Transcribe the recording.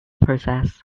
process